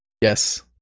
yes